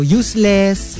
useless